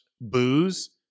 booze